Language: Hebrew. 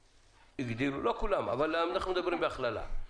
לא כולם, אנחנו מדברים בהכללה.